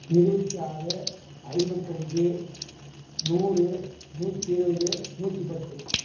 இருபத்தி ஆறு ஐம்பத்தஞ்சு நூறு நூற்றி இருபது நூற்றி பத்து